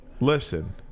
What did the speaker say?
Listen